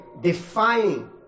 defining